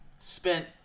Spent